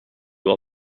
will